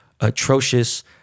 atrocious